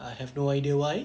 I have no idea why